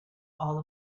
all